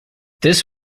this